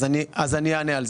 אני אענה.